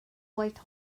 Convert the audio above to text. white